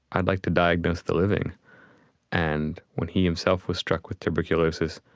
i'd like to diagnose the living and when he himself was struck with tuberculosis,